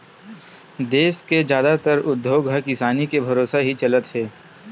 देस के जादातर उद्योग ह किसानी के भरोसा ही चलत हे